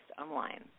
online